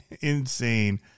Insane